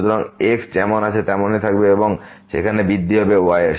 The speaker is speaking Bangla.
সুতরাং x যেমন আছেতেমনই থাকবে এবং সেখানে বৃদ্ধি হবে y এর